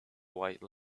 white